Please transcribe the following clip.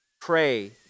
Pray